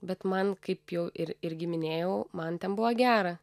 bet man kaip jau ir irgi minėjau man ten buvo gera